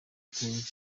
perez